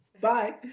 Bye